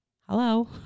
hello